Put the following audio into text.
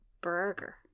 Burger